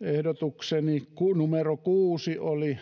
ehdotukseni numero kuusi oli